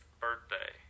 birthday